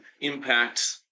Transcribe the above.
impact